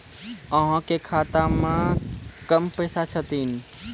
अहाँ के खाता मे कम पैसा छथिन?